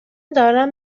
دارم